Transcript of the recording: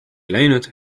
läinud